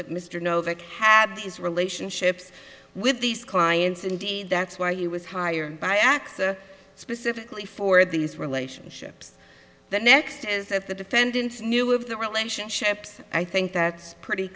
that mr novak had these relationships with these clients and that's why he was hired by x or specifically for these relationships the next is that the defendants knew of the relationships i think that's pretty